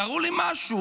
תראו לי משהו.